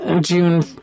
June